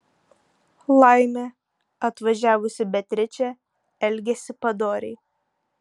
laimė atvažiavusi beatričė elgėsi padoriai